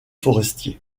forestiers